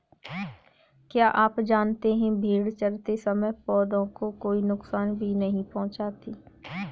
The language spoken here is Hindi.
क्या आप जानते है भेड़ चरते समय पौधों को कोई नुकसान भी नहीं पहुँचाती